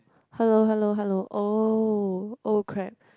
hello hello hello oh oh crap